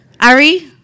Ari